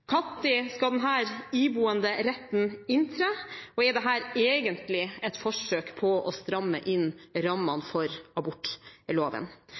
Når skal denne iboende retten inntre, og er dette egentlig et forsøk på å stramme inn rammene for abortloven?